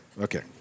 Okay